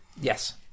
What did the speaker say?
Yes